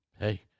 hey